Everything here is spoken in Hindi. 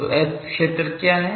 तो H क्षेत्र क्या है